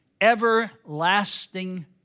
everlasting